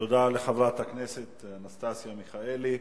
תודה לחברת הכנסת אנסטסיה מיכאלי.